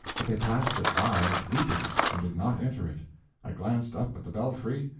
but they passed it by weeping, and did not enter it i glanced up at the belfry,